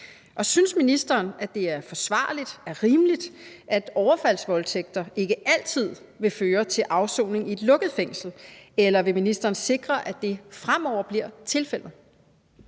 Og synes ministeren, det er forsvarligt og rimeligt, at overfaldsvoldtægter ikke altid vil føre til afsoning i et lukket fængsel? Eller vil ministeren sikre, at det fremover bliver tilfældet?